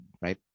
right